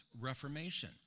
Reformation